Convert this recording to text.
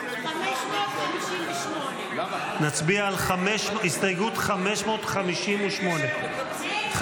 558. נצביע על הסתייגות 558 כעת.